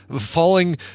falling